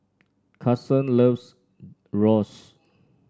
Carson loves Gyros